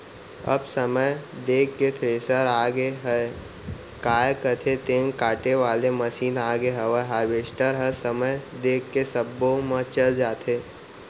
अब समय देख के थेरेसर आगे हयय, काय कथें तेन काटे वाले मसीन आगे हवय हारवेस्टर ह समय देख के सब्बो म चल जाथे